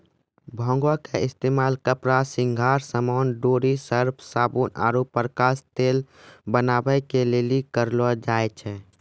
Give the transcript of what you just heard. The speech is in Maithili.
भांगो के इस्तेमाल कपड़ा, श्रृंगार समान, डोरी, सर्फ, साबुन आरु प्रकाश तेल बनाबै के लेली करलो जाय छै